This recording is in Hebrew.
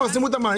תפרסמו את המענה,